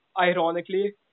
ironically